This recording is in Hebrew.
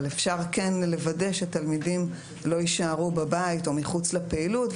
אבל אפשר כן לוודא שתלמידים לא יישארו בבית או מחוץ לפעילות,